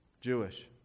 Jewish